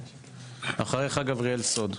אחריך גבריאל סוד,